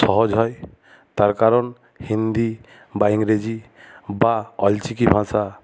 সহজ হয় তার কারণ হিন্দি বা ইংরেজি বা অলচিকি ভাষা